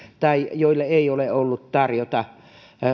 tai joille ei ole ollut tarjota